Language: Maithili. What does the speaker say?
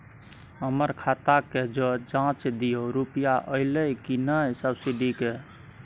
हमर खाता के ज जॉंच दियो रुपिया अइलै की नय सब्सिडी के?